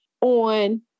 on